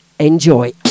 Enjoy